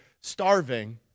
starving